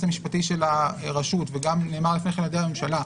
המשפטי של הרשות וגם נאמר לפני כן על-ידי הממשלה,